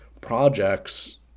projects